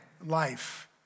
life